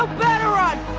better run!